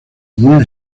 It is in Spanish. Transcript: muy